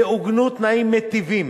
יעוגנו תנאים מיטיבים